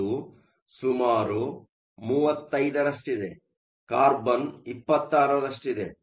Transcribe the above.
ಅದು ಸುಮಾರು 35 ರಷ್ಟಿದೆ ಕಾರ್ಬನ್ 26 ರಷ್ಟಿದೆ